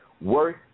worth